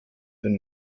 wenn